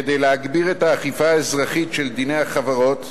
כדי להגביר את האכיפה האזרחית של דיני החברות,